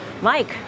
Mike